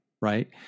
Right